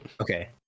okay